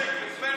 תודה.